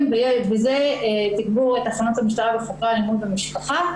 וזה תגבור לתחנות המשטרה וחוקרי אלימות במשפחה,